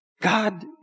God